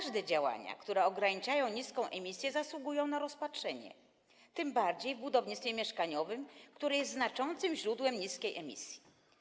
Wszystkie działania, które ograniczają niską emisję, zasługują na rozpatrzenie, tym bardziej w budownictwie mieszkaniowym, które jest znaczącym źródłem niskiej emisji.